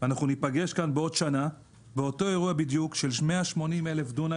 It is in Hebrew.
אנחנו ניפגש כאן בעוד שנה באותו אירוע בדיוק של 180,000 דונם,